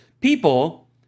people